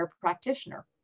practitioner